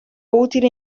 utile